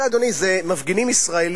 תראה, אדוני, זה מפגינים ישראלים.